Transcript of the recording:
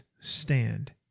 stand